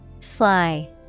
sly